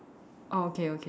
orh okay okay